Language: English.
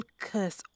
curse